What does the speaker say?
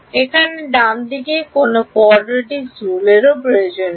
এখানে ডানদিকে কোনও কোয়াড্রিক্টস রুলেরও প্রয়োজন নেই